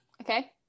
okay